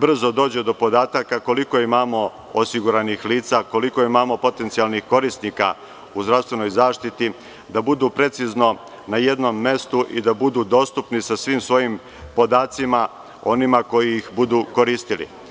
brzo dođe do podataka koliko imamo osiguranih lica, koliko imamo potencijalnih korisnika u zdravstvenoj zaštiti, da budu precizno na jednom mestu i da budu dostupni sa svim svojim podacima onima koji ih budu koristili.